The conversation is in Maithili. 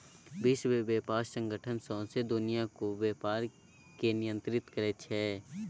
विश्व बेपार संगठन सौंसे दुनियाँ केर बेपार केँ नियंत्रित करै छै